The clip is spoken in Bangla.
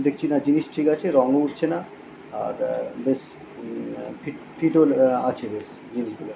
দেখছি না জিনিস ঠিক আছে রঙও উঠছে না আর বেশ ফিট ফিটও আছে বেশ জিনিসগুলো